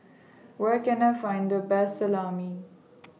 Where Can I Find The Best Salami